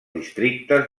districtes